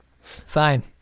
Fine